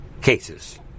cases